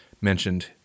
mentioned